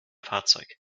fahrzeug